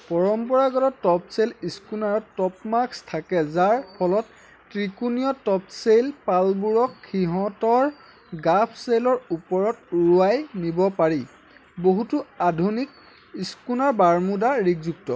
পৰম্পৰাগত top sail ইস্কুনাৰত top mast থাকে যাৰ ফলত ত্ৰিকোণীয় টপ ছেইল পালবোৰক সিহঁতৰ গাফ ছেইলৰ ওপৰত উৰুৱাই নিব পাৰি বহুতো আধুনিক ইস্কুনাৰ বাৰ্মুডা ৰিগযুক্ত